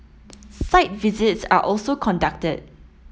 site visits are also conducted